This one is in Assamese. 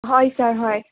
হয় ছাৰ হয়